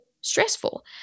stressful